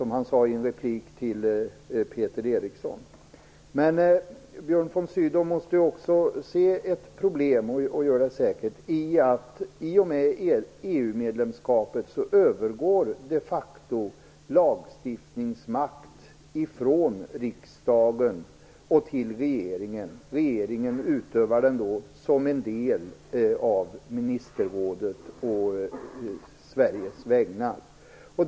Men Björn von Sydow måste - och gör det säkert också - se ett problem i att lagstiftningsmakt i och med EU-medlemskapet de facto övergår från riksdagen till regeringen. Den utövas då av regeringen som en del av ministerrådet, å Sveriges vägnar.